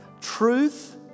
Truth